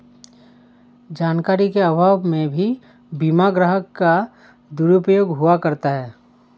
जानकारी के अभाव में भी बीमा ग्राहक का दुरुपयोग हुआ करता है